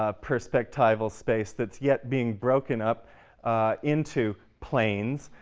ah perspectival space that's yet being broken up into planes,